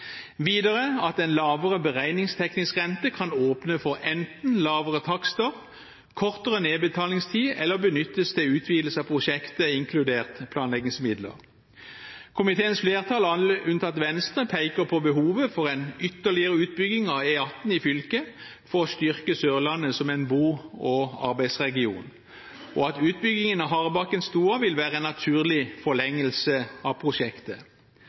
videre at en lavere beregningsteknisk rente kan åpne for enten lavere takster, kortere nedbetalingstid eller benyttes til utvidelse av prosjektet, inkludert planleggingsmidler. Komiteens flertall, alle unntatt Venstre, peker på behovet for en ytterligere utbygging av E18 i fylket for å styrke Sørlandet som en bo- og arbeidsregion, og at utbyggingen av Harebakken–Stoa vil være en naturlig forlengelse av prosjektet.